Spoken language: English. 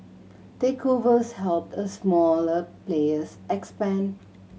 takeovers helped a smaller players expand